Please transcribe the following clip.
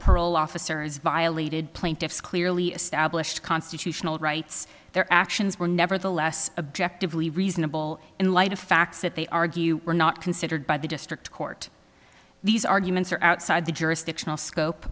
parole officers violated plaintiffs clearly established constitutional rights their actions were nevertheless objective lee reasonable in light of facts that they argue were not considered by the district court these arguments are outside the jurisdictional scope